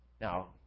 Now